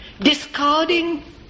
discarding